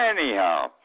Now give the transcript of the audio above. Anyhow